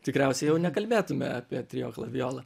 tikriausiai jau nekalbėtume apie trio klavijola